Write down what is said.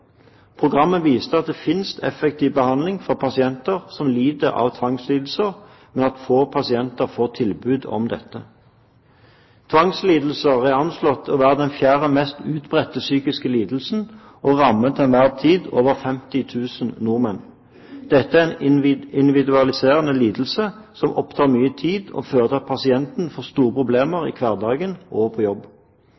Programmet viste at det finnes effektiv behandling for pasienter som lider av tvangslidelser, men at få pasienter får tilbud om dette. Tvangslidelser er anslått til å være den fjerde mest utbredte psykiske lidelsen og rammer til enhver tid over 50 000 nordmenn. Dette er en invalidiserende lidelse som opptar mye tid, og fører til at pasienten får store problemer